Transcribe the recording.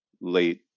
late